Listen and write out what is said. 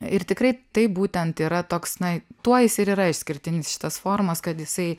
ir tikrai tai būtent yra toks na tuo jis ir yra išskirtinis šitas forumas kad jisai